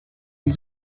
und